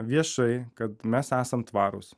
viešai kad mes esam tvarūs